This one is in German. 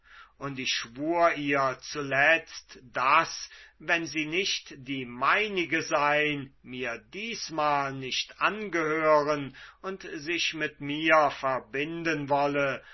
und ich schwur ihr zuletzt daß wenn sie nicht die meinige sein mir diesmal nicht angehören und sich mit mir verbinden wolle